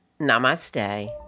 namaste